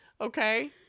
Okay